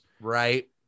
Right